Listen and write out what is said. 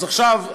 אז עכשיו,